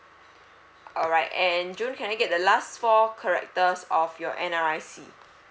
alright and june can I get the last four characters of your N_R_I_C